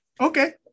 Okay